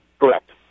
Correct